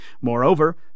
Moreover